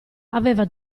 aveva